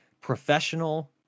professional